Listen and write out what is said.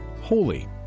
holy